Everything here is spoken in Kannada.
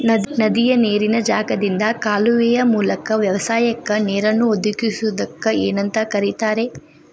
ನದಿಯ ನೇರಿನ ಜಾಗದಿಂದ ಕಾಲುವೆಯ ಮೂಲಕ ವ್ಯವಸಾಯಕ್ಕ ನೇರನ್ನು ಒದಗಿಸುವುದಕ್ಕ ಏನಂತ ಕರಿತಾರೇ?